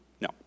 No